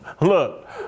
Look